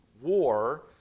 war